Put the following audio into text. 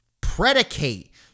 predicate